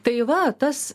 tai va tas